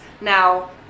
Now